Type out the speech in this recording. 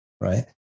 Right